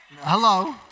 Hello